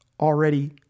already